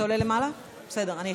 אין למעלה טפסים עם